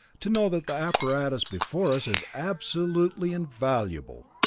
to know that the apparatus before us is absolutely invaluable.